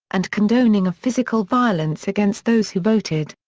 and condoning of physical violence against those who voted.